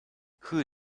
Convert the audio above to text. who